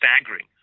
staggering